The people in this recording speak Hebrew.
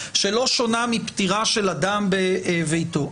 שלא שונה מפטירה של אדם בביתו.